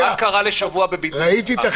מה קרה לשבוע בבידוד אצלך?